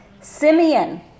Simeon